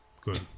Good